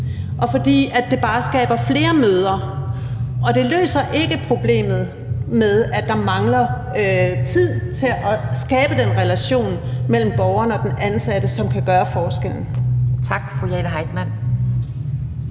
og det skaber bare flere møder, og det løser ikke problemet med, at der mangler tid til at skabe den relation mellem borgeren og den ansatte, som kan gøre forskellen. Kl. 12:22 Anden